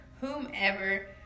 whomever